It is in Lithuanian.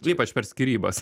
ir ypač per skyrybas